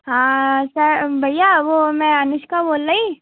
हाँ सर भैया वो मैं अनुष्का बोल रही